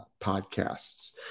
podcasts